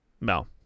No